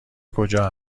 کجا